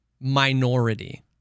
minority